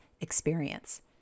experience